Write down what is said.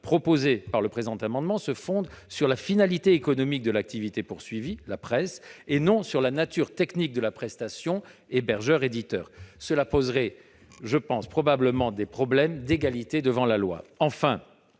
à instaurer le présent amendement se fonde sur la finalité économique de l'activité poursuivie- la presse -et non sur la nature technique de la prestation- hébergeur, éditeur. Cette disposition poserait probablement des problèmes d'égalité devant la loi.